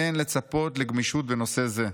אין לצפות לגמישות בנושא זה".